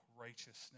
Righteousness